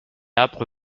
âpre